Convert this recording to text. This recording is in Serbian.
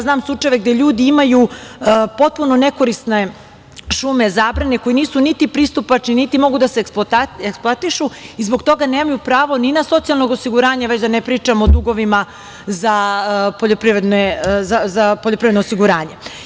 Znam slučajeve gde ljudi imaju potpuno nekorisne šume koje nisu niti pristupačne, niti mogu da se eksploatišu i zbog toga nemaju pravo ni na socijalno osiguranje, a da ne pričam o dugovima za poljoprivredno osiguranje.